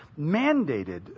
mandated